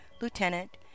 Lieutenant